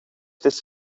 this